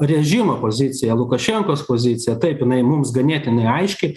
režimo pozicija lukašenkos pozicija taip jinai mums ganėtinai aiški